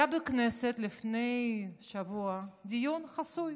היה בכנסת לפני שבוע דיון חסוי